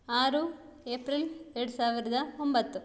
ಆರು ಏಪ್ರಿಲ್ ಎರಡು ಸಾವಿರದ ಒಂಬತ್ತು